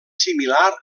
similar